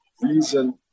reason